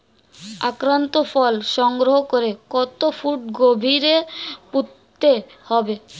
আক্রান্ত ফল সংগ্রহ করে কত ফুট গভীরে পুঁততে হবে?